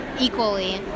equally